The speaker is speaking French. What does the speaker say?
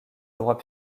droit